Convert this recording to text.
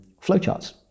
flowcharts